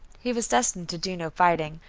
he was destined to do no fighting.